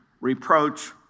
reproach